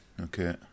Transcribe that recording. okay